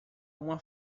uma